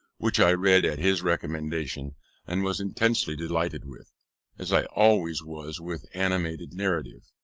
which i read at his recommendation and was intensely delighted with as i always was with animated narrative.